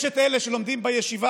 יש את אלה שלומדים בישיבה,